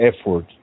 effort